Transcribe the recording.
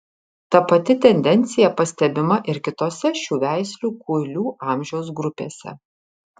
ta pati tendencija pastebima ir kitose šių veislių kuilių amžiaus grupėse